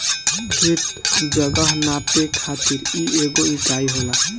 खेत, जगह नापे खातिर इ एगो इकाई होला